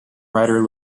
writer